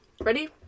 Ready